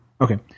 Okay